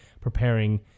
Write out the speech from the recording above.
preparing